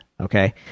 Okay